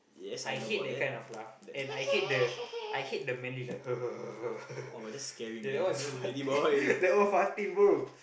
I hate that kind of laugh and I hate the I hate the manly that one that one Fatin bro